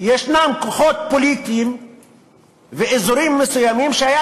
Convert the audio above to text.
היו כוחות פוליטיים ואזורים מסוימים שהיה